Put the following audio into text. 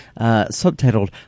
subtitled